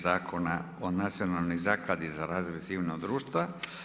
Zakona o Nacionalnoj zakladi za razvoj civilnog društva.